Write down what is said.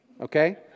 okay